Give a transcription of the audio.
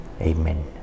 Amen